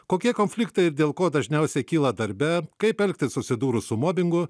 kokie konfliktai dėl ko dažniausiai kyla darbe kaip elgtis susidūrus su mobingu